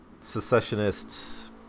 secessionists